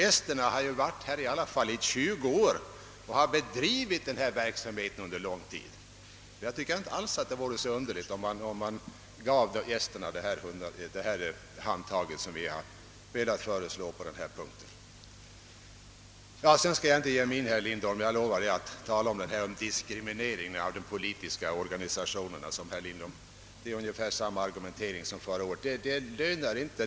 Esterna har dock varit här i tjugo år och bedrivit denna verksamhet under lång tid. Jag tycker inte alls att det hade varit underligt om vi hade givit esterna det handtag som ett bidrag enligt vårt förslag hade inneburit. Beträffande diskrimineringen av de politiska ungdomsorganisationerna framför herr Lindholm ungefär samma argument som framfördes förra året.